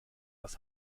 das